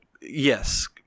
yes